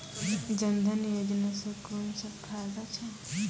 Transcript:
जनधन योजना सॅ कून सब फायदा छै?